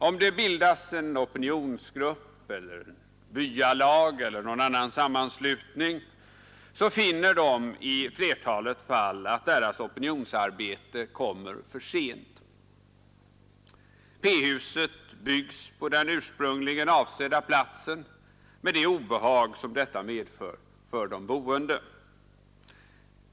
Om det bildas en opinionsgrupp eller ett byalag eller någon annan sammanslutning finner de i flertalet fall att deras opinionsarbete kommer för sent. P-huset byggs på den ursprungligen avsedda platsen med de obehag som detta medför för de boende.